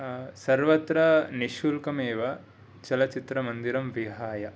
सर्वत्र निःशुल्कम् एव चलचित्रमन्दिरं विहाय